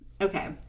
Okay